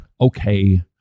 okay